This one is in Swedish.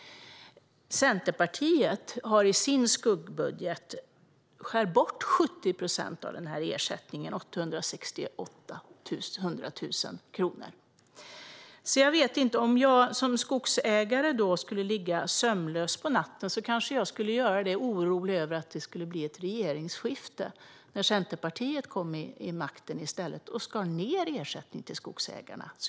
Centerpartiet skär i sin skuggbudget bort 70 procent av denna ersättning, 868 miljoner kronor. Så om jag som skogsägare skulle ligga sömnlös på natten skulle jag kanske göra det av oro för att det ska bli ett regeringsskifte så att Centerpartiet kommer till makten och skär ned ersättningen till skogsägarna.